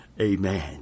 Amen